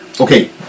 Okay